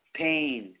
pain